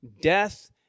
death